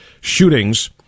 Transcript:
shootings